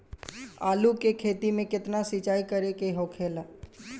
आलू के खेती में केतना सिंचाई करे के होखेला?